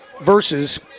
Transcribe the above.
versus